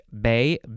bay